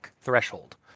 threshold